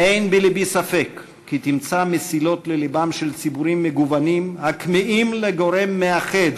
אין בלבי ספק כי תמצא מסילות ללבם של ציבורים מגוונים הכמהים לגורם מאחד